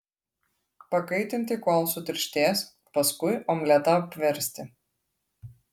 pakaitinti kol sutirštės paskui omletą apversti